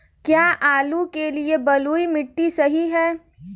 क्या आलू के लिए बलुई मिट्टी सही है?